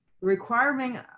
requiring